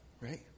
right